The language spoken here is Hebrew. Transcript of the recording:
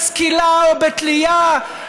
בסקילה או בתלייה,